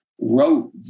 wrote